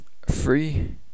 Free